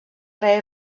rei